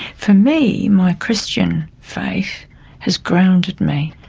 for me, my christian faith has grounded me.